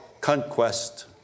conquest